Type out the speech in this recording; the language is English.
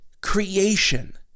creation